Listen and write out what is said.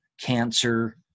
cancer